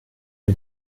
mir